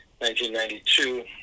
1992